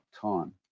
time